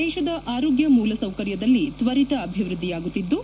ದೇಶದ ಆರೋಗ್ಯ ಮೂಲಸೌಕರ್ಯದಲ್ಲಿ ತ್ವರಿತ ಅಭಿವೃದ್ಧಿಯಾಗುತ್ತಿದ್ದು